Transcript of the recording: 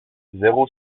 zéro